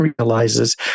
realizes